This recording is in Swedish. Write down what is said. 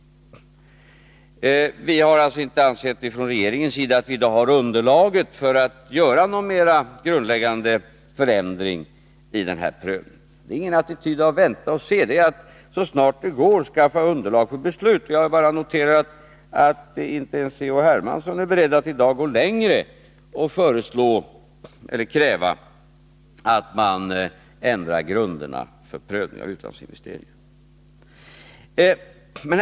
Regeringen har alltså inte ansett att vi har underlag för att göra någon mer grundläggande förändring av denna prövning. Det är ingen attityd av typen vänta och se, det är att så snart det går skaffa underlag för beslut. Jag noterar att inte ens C.-H. Hermansson är beredd att i dag gå längre och kräva en ändring av grunderna för prövningen av utlandsinvesteringar.